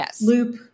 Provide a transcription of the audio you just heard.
loop